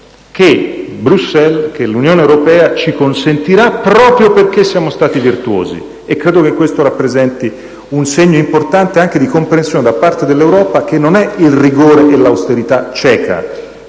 che Bruxelles, l'Unione europea ci consentirà proprio perché siamo stati virtuosi. Credo che questo rappresenti un segno importante anche di comprensione, da parte dell'Europa, che non è un rigore, un'austerità cieca: